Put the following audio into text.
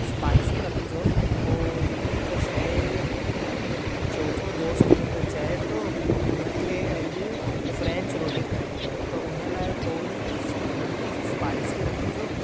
spicy रखिजो ऐं ॿी हिकु शइ चोथों दोस्तु मुंहिंजो चए थो हुन खे अॼु फ्रैंच रोटी खाइणी आहे त हुन लाइ थोरी सी हलिकी सी स्पाइसी रखिजो